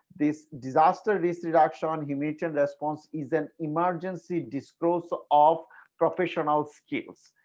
this disaster risk reduction, immediate response is an emergency discloser of professional skills.